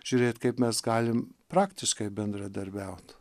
žiūrėt kaip mes galim praktiškai bendradarbiaut